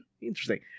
Interesting